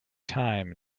time